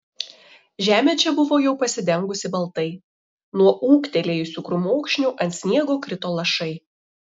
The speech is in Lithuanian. žemė čia buvo jau pasidengusi baltai nuo ūgtelėjusių krūmokšnių ant sniego krito lašai